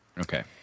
Okay